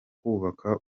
kwubaka